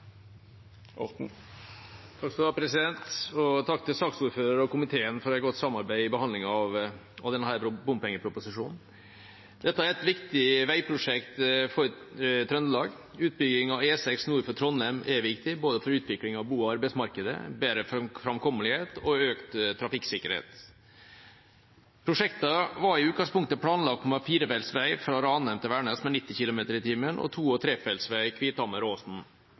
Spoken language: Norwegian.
Takk til saksordføreren og komiteen for et godt samarbeid i behandlingen av denne bompengeproposisjonen. Dette er et viktig veiprosjekt for Trøndelag. Utbygging av E6 nord for Trondheim er viktig både for utvikling av bo- og arbeidsmarkedet, for bedre framkommelighet og for økt trafikksikkerhet. Prosjektet var i utgangspunktet planlagt som en firefelts vei fra Ranheim til Værnes med 90 km/t, og to- og